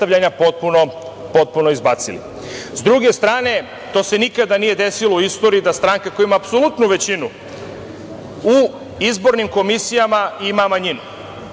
potpuno izbacili.S druge strane, to se nikada nije desilo u istoriji, da stranka koja ima apsolutnu većinu u izbornim komisijama, ima manjinu.